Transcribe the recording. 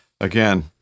again